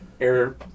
Air